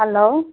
hello